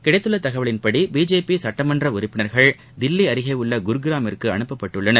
கிடைத்துள்ள தகவலின்படி பிஜேபி சுட்டமன்ற உறுப்பினா்கள் தில்லி அருகே உள்ள குர்காமிற்கு அப்பப்பட்டுள்ளனர்